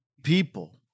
people